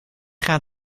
gaan